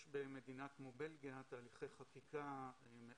יש במדינה כמו בלגיה תהליכי חקיקה מאו